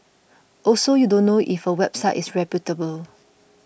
also you don't know if a website is reputable